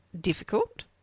difficult